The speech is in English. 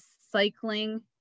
cycling